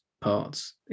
parts